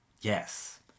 Yes